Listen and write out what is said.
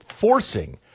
forcing